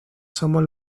somos